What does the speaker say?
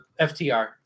FTR